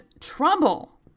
Trouble